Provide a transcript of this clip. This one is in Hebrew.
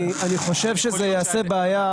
אני חושב שזה יעשה בעיה,